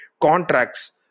contracts